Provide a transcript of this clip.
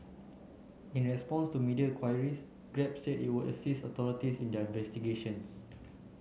in response to media queries Grab said it would assist authorities in their investigations